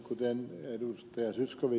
kuten ed